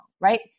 right